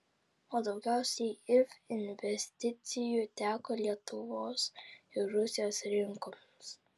o daugiausiai if investicijų teko lietuvos ir rusijos rinkoms